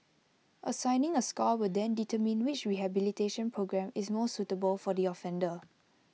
assigning A score will then determine which rehabilitation programme is most suitable for the offender